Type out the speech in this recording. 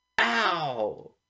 Ow